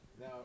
Now